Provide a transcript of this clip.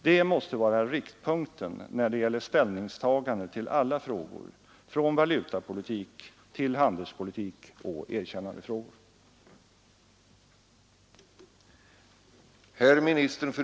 Det måste vara riktpunkten när det gäller ställningstagandet till alla frågor — från valutapolitik till handelspolitik och erkännandefrågor.